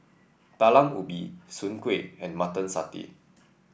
Talam Ubi Soon Kway and Mutton Satay